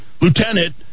Lieutenant